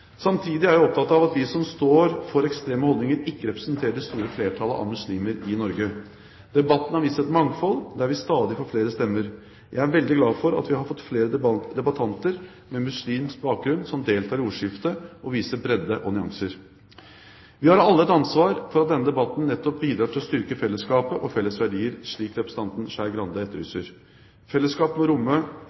Samtidig er jeg opptatt av at de som står for ekstreme holdninger, ikke representerer det store flertallet av muslimer i Norge. Debatten har vist et mangfold der vi stadig får flere stemmer. Jeg er veldig glad for at vi har fått flere debattanter med muslimsk bakgrunn som deltar i ordskiftet og viser bredde og nyanser. Vi har alle et ansvar for at denne debatten bidrar til nettopp å styrke fellesskapet og felles verdier, slik representanten Skei Grande etterlyser. Fellesskapet må romme